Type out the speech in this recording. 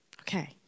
Okay